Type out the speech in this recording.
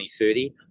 2030